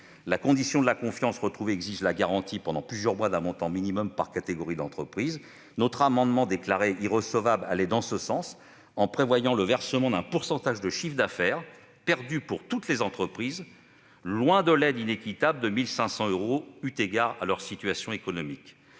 La condition de la confiance retrouvée exige la garantie pendant plusieurs mois d'un montant minimum par catégorie d'entreprises. Notre amendement déclaré irrecevable allait dans ce sens, en prévoyant le versement d'un pourcentage de chiffres d'affaires perdu pour toutes les entreprises, loin de l'aide inéquitable de 1 500 euros, eu égard à leur situation économique.